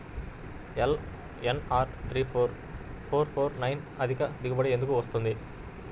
LNR three four four four nine అధిక దిగుబడి ఎందుకు వస్తుంది?